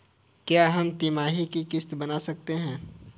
क्या हम तिमाही की किस्त बना सकते हैं?